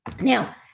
Now